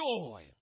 joy